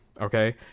Okay